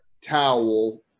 towel